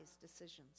decisions